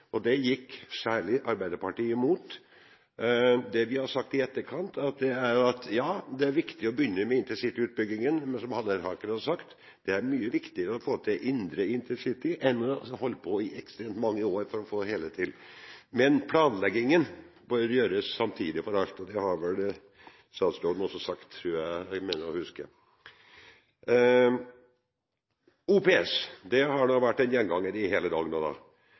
Det gikk særlig Arbeiderpartiet imot. Det de har sagt i etterkant, er at ja, det er viktig å begynne med intercityutbyggingen, men som representanten Halleraker har sagt, er det mye viktigere å få til indre intercity enn å skulle holde på i ekstremt mange år for å få det hele til. Men planleggingen bør gjøres samtidig, og det har vel også statsråden sagt, mener jeg å huske. OPS har vært en gjenganger i hele